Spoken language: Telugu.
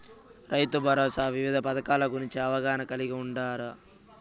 రైతుభరోసా వివిధ పథకాల గురించి అవగాహన కలిగి వుండారా?